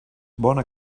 bona